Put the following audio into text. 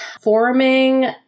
forming